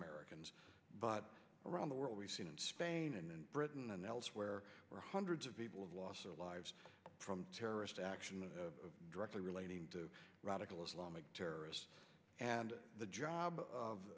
americans but around the world we've seen in spain and then britain and elsewhere where hundreds of people have lost their lives from terrorist action directly relating to radical islamic terrorists and the job of